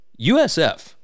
USF